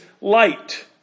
light